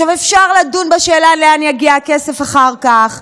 אפשר לדון בשאלה לאן יגיע הכסף אחר כך.